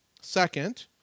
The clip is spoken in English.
Second